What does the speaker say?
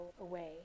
away